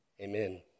amen